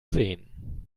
sehen